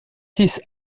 six